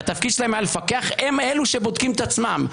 והתפקיד שלהם היה לפקח, הם אלו שבודקים את עצמם.